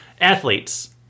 athletes